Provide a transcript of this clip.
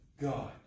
God